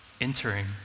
entering